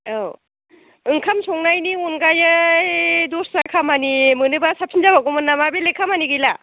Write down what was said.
औ ओंखाम संनायनि अनगायै दस्रा खामानि मोनोब्ला साबसिन जाबावगोन नामा बेलेग खामानि गैला